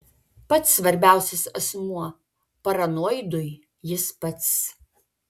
pats svarbiausias asmuo paranoidui jis pats